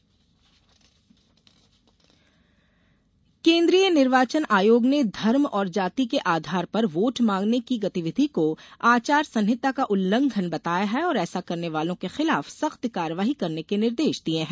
निर्वाचन वीडियोग्राफी केन्द्रीय निर्वाचन आयोग ने धर्म और जाति के आधार पर वोट मांगने की गतिविधि को आचार संहिता का उल्लंघन बताया है और ऐसा करने वालों के खिलाफ सख्त कार्यवाही करने के निर्देश दिये हैं